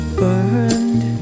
burned